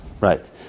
Right